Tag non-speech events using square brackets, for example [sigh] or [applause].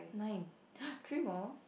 nine [noise] three more